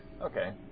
Okay